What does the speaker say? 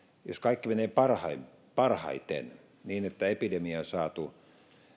jos kaikki menee parhaiten niin että epidemiaa on saatu